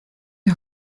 are